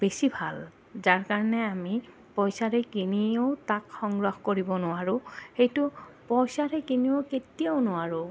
বেছি ভাল যাৰ কাৰণে আমি পইচাৰে কিনিও তাক সংগ্ৰহ কৰিব নোৱাৰোঁ সেইটো পইচাৰে কিনিও কেতিয়াও নোৱাৰোঁ